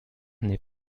n’est